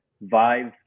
Vive